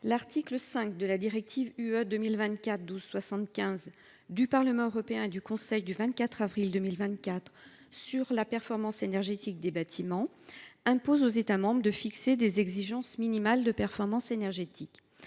L’article 5 de la directive (UE) 2024/1275 du Parlement européen et du Conseil du 24 avril 2024 sur la performance énergétique des bâtiments vise à imposer aux États membres de fixer des exigences minimales de performance énergétique.